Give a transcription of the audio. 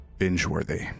Binge-worthy